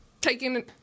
taking